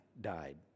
died